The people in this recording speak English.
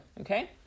okay